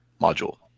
module